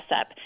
up